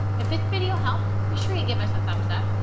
if this video helped, be sure you give us a thumbs up.